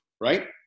right